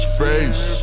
face